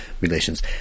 relations